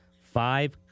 five